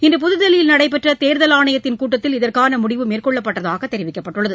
இன்று புதுதில்லியில் நடைபெற்றதேர்தல் ஆணையத்தின் கூட்டத்தில் இதற்கானமுடிவு மேற்கொள்ளப்பட்டதாகதெரிவிக்கப்பட்டுள்ளது